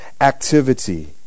activity